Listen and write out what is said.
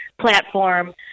platform